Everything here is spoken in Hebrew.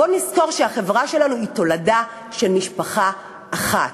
בואו נזכור שהחברה שלנו היא תולדה של משפחה אחת: